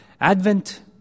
Advent